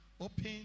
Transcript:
open